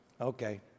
Okay